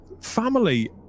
family